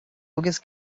agus